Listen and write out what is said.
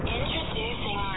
Introducing